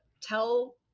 tell